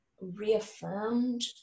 reaffirmed